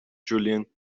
julian